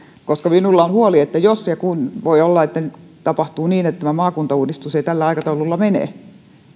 minulla on huoli että jos ja kun voi olla että tapahtuu niin tämä maakuntauudistus ei tällä aikataululla mene